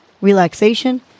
relaxation